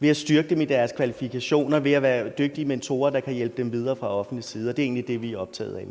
ved at styrke dem i deres kvalifikationer og være dygtige mentorer, der kan hjælpe dem videre fra det offentliges side. Og det er egentlig det, vi er optaget af.